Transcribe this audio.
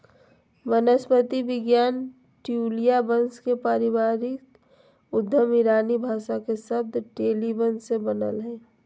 वनस्पति विज्ञान ट्यूलिया वंश के पारिभाषिक उद्गम ईरानी भाषा के शब्द टोलीबन से बनल हई